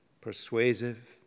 persuasive